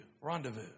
rendezvous